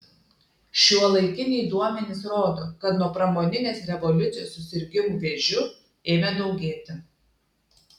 šiuolaikiniai duomenys rodo kad nuo pramoninės revoliucijos susirgimų vėžiu ėmė daugėti